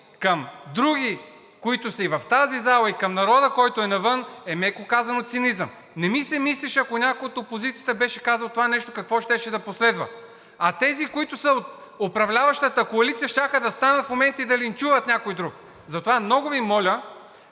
към други, които са в тази зала, и към народа, който е навън, е, меко казано, цинизъм. Не ми се мислеше, ако някой от опозицията беше казал това нещо, какво щеше да последва?! А тези, които са от управляващата коалиция, щяха да станат в момента и да линчуват някой друг. Затова много Ви моля